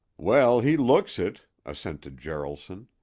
well, he looks it, assented jaralson.